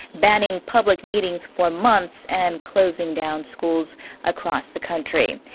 banning public meetings for months. and closing down schools across the country.